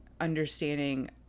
understanding